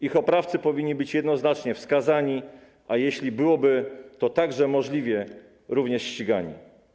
Ich oprawcy powinni być jednoznacznie wskazani, a jeśli byłoby to także możliwe, również ścigani.